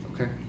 Okay